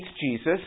Jesus